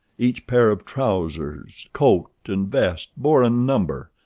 each pair of trousers, coat, and vest bore a number,